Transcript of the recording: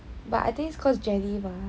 but I think is cause jennie